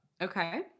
Okay